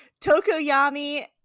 Tokoyami